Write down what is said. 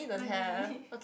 money